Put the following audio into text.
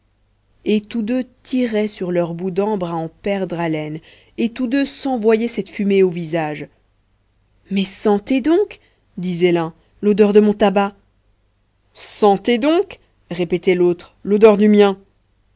et tous deux tiraient sur leurs bouts d'ambre à en perdre haleine et tous deux s'envoyaient cette fumée au visage mais sentez donc disait l'un l'odeur de mon tabac sentez donc répétait l'autre l'odeur du mien